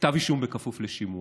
כתב האישום הכפוף לשימוע.